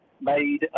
made